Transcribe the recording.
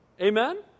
Amen